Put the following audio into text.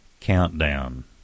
Countdown